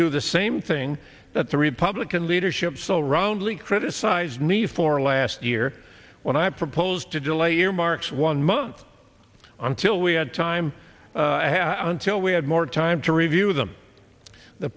do the same thing that the republican leadership so roundly criticized me for last year when i proposed to delay earmarks one month until we had time until we had more time to review with them the